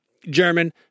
German